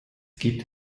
gibt